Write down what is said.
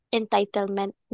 entitlement